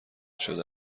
شده